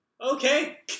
Okay